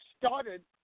started